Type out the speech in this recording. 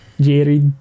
Jerry